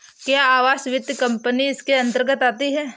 क्या आवास वित्त कंपनी इसके अन्तर्गत आती है?